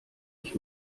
ich